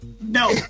no